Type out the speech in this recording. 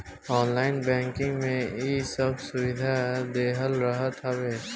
online banking में इ सब सुविधा देहल रहत हवे